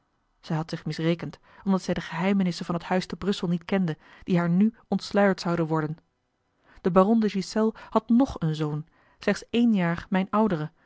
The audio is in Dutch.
zij had zich misrekend omdat zij de geheimenissen van het huis te brussel niet kende die haar nu ontsluierd zouden worden de baron de ghiselles had nog een zoon slechts één jaar mijn oudere